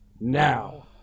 now